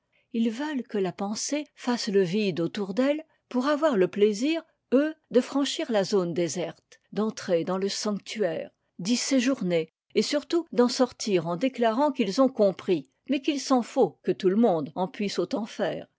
ils veulent que la pensée fasse le vide autour d'elle pour avoir le plaisir eux de franchir la zone déserte d'entrer dans le sanctuaire d'y séjourner et surtout d'en sortir en déclarant qu'ils ont compris mais qu'il s'en faut que tout le monde en puisse autant faire